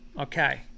Okay